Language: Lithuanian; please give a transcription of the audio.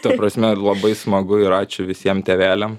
ta prasme ir labai smagu ir ačiū visiem tėveliam